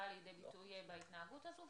ושבאה לידי ביטוי בהתנהגות הזאת.